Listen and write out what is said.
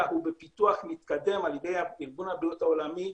הוא בפיתוח מתקדם על ידי ארגון הבריאות העולמי.